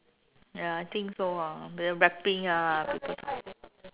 ya I think so hor the rapping ah people talking